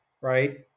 right